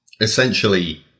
essentially